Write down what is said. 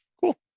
Cool